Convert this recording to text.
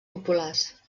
populars